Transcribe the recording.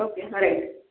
okay हां right